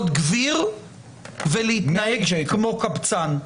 היכולת הזאת להיות גביר ולהתנהג כמו קבצן,